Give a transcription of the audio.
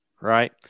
right